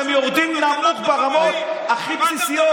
אתם יורדים נמוך ברמות הכי בסיסיות.